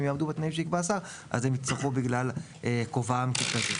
אם הן יעמדו בתנאים שיקבע השר אז הן יצטרכו בגלל כובען ככזה.